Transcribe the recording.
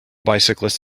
bicyclist